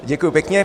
Děkuji pěkně.